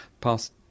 past